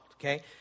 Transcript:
okay